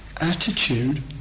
attitude